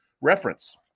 reference